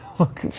look,